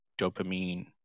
dopamine